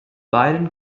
byron